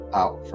out